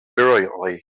brilliantly